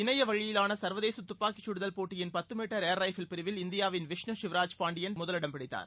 இணையவழியிலான சர்வதேச துப்பாக்கிச்கடுதல் போட்டியின் பத்து மீட்டர் ஏர் ரைபிள் பிரிவில் இந்தியாவின் விஷ்ணு சிவ்ராஜ் பாண்டியன் தங்கப்பதக்கம் வென்றுள்ளார்